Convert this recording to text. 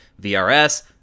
VRS